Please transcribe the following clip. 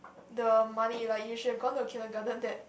the money like you should have gone to kindergarten that